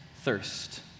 thirst